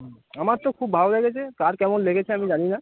হুম আমার তো খুব ভালো লেগেছে কার কেমন লেগেছে আমি জানি না